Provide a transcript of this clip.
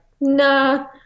nah